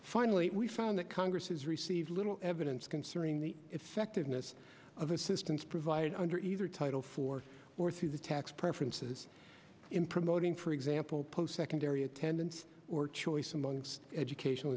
finally we found that congress has received little evidence concerning the effectiveness of assistance provided under either title for or through the tax preferences in promoting for example post secondary attendance or choice amongst educational